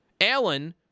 Allen